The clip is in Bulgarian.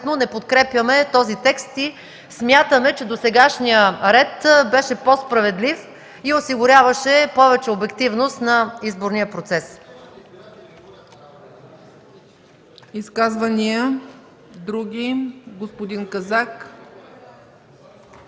не подкрепяме този текст и смятаме, че досегашният ред беше по-справедлив и осигуряваше повече обективност на изборния процес.